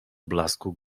blasku